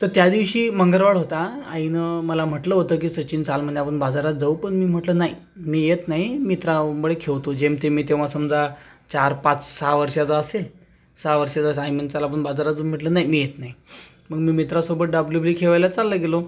तर त्या दिवशी मंगळवार होता आईनं मला म्हटलं होतं की सचिन चाल मल्याहून बाजारात जाऊ पण मी म्हटलं नाही मी येत नाही मित्रा उंबळे खेळतो जेमतेम मी तेव्हा समजा चार पाच सहा वर्षाचा असेल सहा वर्षाचा आईनं म्हणे चल आपण बाजारात जाऊ मी म्हटलं नाही मी येत नाही मग मी मित्रासोबत डाब डुबली खेळवायला चालला गेलो